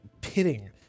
pitting